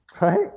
right